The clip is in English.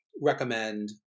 recommend